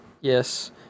Yes